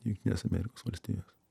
jungtinės amerikos valstijos